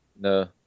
No